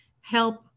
help